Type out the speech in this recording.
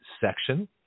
section